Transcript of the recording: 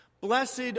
Blessed